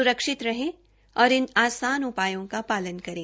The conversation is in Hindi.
सुरक्षित रहें और इन आसान उपायों का पालन करें